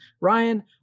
Ryan